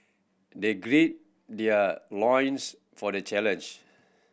they gird their loins for the challenge